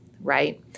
right